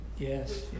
Yes